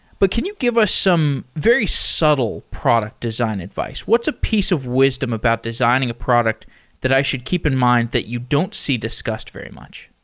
but can you give us some very subtle product design advice? what's a piece of wisdom about designing a product that i should keep in mind that you don't see discussed very much?